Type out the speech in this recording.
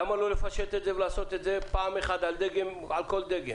למה לא לפשט את זה ולעשות את זה פעם אחת על כל דגם?